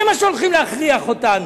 זה מה שהולכים להכריח אותנו.